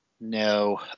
No